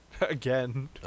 again